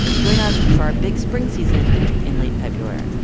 join us for our big spring season in late february